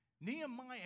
Nehemiah